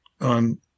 on